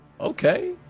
okay